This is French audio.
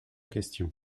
questions